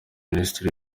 minisitiri